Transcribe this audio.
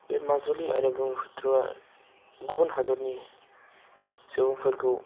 बे माजुलि आरो ब्रह्मपुत्रआ गुबुन हादरनि सुबुंफोरखौ